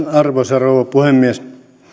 arvoisa rouva puhemies